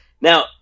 Now